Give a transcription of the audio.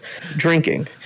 drinking